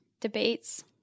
debates